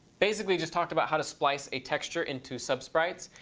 basically just talked about how to splice a texture into subsprites.